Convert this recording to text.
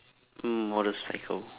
mm motorcycle